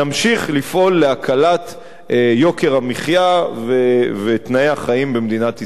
נמשיך לפעול להקלת יוקר המחיה ותנאי החיים במדינת ישראל.